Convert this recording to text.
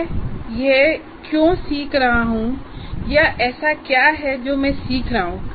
मैं यह क्यों सीख रहा हूँ या ऐसा क्या है जो मैं सीख रहा हूँ